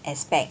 aspect